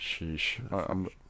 Sheesh